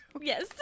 Yes